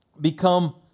become